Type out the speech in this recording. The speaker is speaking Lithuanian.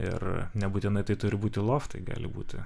ir nebūtinai tai turi būti loftai gali būti